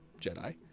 jedi